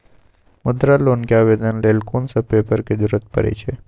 मुद्रा लोन के आवेदन लेल कोन सब पेपर के जरूरत परै छै?